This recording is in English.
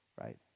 right